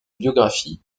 biographie